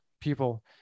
people